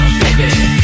baby